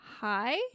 hi